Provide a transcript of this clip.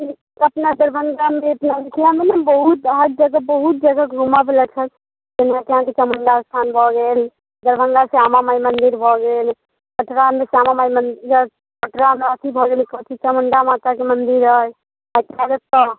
ई अपना दरभङ्गामे भी मिथलामे ने बहुत हर जगह बहुत जगह घूमऽबला छनि जेनाकि अहाँकेँ चमुण्डा स्थान भऽ गेल दरभङ्गा श्यामा माइ मन्दिर भऽ गेल कटरामे श्यामा माइ मन्दिर जा कटरामे अथी भऽ गेल कथी चमुण्डा माताके मन्दिर अइ एहिठाम एतऽ